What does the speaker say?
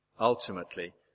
Ultimately